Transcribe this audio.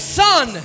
son